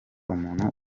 umuntu